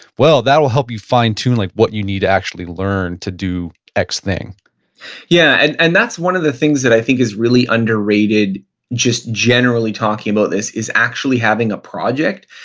well that'll help you fine tune like what you need to actually learn to do x thing yeah, and and that's one of the things that i think is really underrated just generally talking about this is actually having a project.